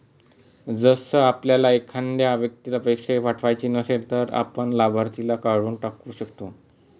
जर आपल्याला एखाद्या व्यक्तीला पैसे पाठवायचे नसेल, तर आपण लाभार्थीला काढून टाकू शकतो